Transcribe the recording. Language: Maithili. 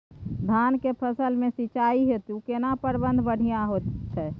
धान के फसल में सिंचाई हेतु केना प्रबंध बढ़िया होयत छै?